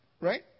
Right